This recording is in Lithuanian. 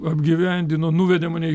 apgyvendino nuvedė mane į